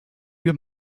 you